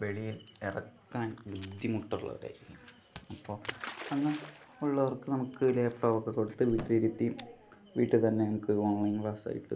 വെളിയിൽ ഇറക്കാൻ ബുദ്ധിമുട്ടുള്ളവരെ അപ്പോൾ അങ്ങനെയുള്ളവർക്ക് നമുക്ക് ലാപ്ടോപ്പ് ഒക്കെ കൊടുത്ത് വീട്ടിലിരുത്തിയും വീട്ടിൽ തന്നെ നമുക്ക് ഓൺലൈൻ ക്ലാസ് ആയിട്ട്